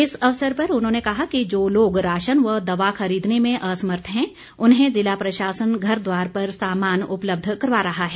इस अवसर पर उन्होंने कहा कि जो लोग राशन व दवा खरीदने में असमर्थ हैं उन्हें ज़िला प्रशासन घरद्वार पर सामान उपलब्ध करवा रहा है